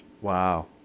Wow